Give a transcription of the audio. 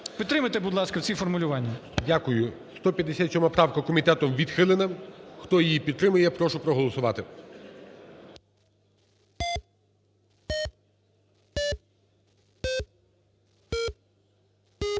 Підтримуйте, будь ласка, це формулювання. ГОЛОВУЮЧИЙ. Дякую. 157 правка комітетом відхилена. Хто її підтримує, я прошу проголосувати.